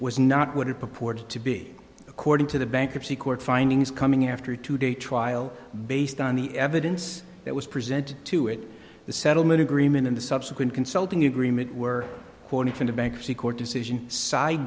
was not what it purports to be according to the bankruptcy court findings coming after a two day trial based on the evidence that was presented to it the settlement agreement and the subsequent consulting agreement were cornered into bankruptcy court decision si